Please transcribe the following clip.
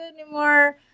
anymore